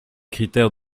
critères